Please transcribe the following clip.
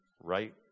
right